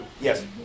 Yes